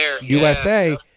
USA